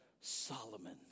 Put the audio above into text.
Solomon